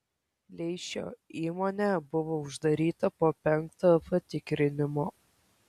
leišio įmonė buvo uždaryta po penkto patikrinimo